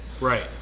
Right